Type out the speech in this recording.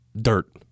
dirt